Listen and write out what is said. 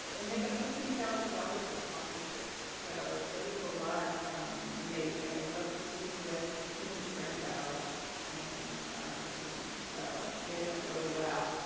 and they got fifteen thousand dollars in sponsorships. so, there was a lot and and they loved working with mrs. franco and her team. so, it went really well.